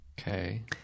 Okay